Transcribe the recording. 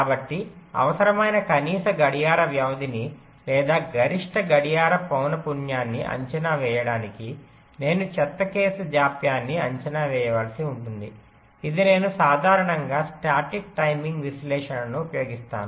కాబట్టి అవసరమైన కనీస గడియార వ్యవధిని లేదా గరిష్ట గడియార పౌన పున్యాన్ని అంచనా వేయడానికి నేను చెత్త కేసు జాప్యాన్ని అంచనా వేయవలసి ఉంటుంది ఇది నేను సాధారణంగా స్టాటిక్ టైమింగ్ విశ్లేషణను ఉపయోగిస్తాను